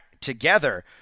together